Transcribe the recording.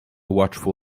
watchful